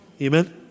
Amen